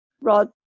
Rod